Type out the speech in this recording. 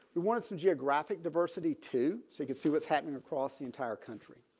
we wanted some geographic diversity to say could see what's happening across the entire country.